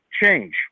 change